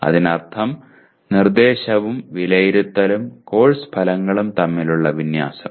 അതിനർത്ഥം നിർദ്ദേശവും വിലയിരുത്തലും കോഴ്സ് ഫലങ്ങളും തമ്മിലുള്ള വിന്യാസം